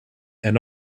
and